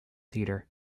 theatre